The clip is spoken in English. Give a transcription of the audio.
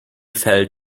felt